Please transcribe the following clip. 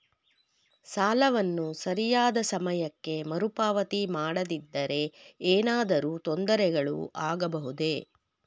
ಸಾಲವನ್ನು ಸರಿಯಾದ ಸಮಯಕ್ಕೆ ಮರುಪಾವತಿ ಮಾಡದಿದ್ದರೆ ಏನಾದರೂ ತೊಂದರೆಗಳು ಆಗಬಹುದೇ?